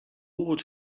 would